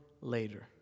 later